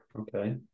Okay